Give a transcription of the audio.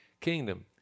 kingdom